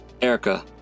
Erica